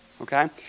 Okay